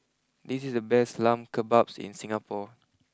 this is the best Lamb Kebabs in Singapore